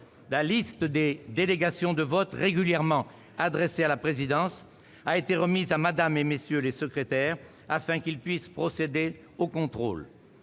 La liste des délégations de vote régulièrement adressées à la présidence a été remise à Mmes et MM. les secrétaires afin qu'ils puissent procéder au contrôle.